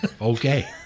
Okay